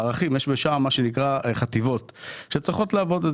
מערכים יש בשע"מ מה שנקרא חטיבות שצריכות לעבוד,